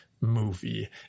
movie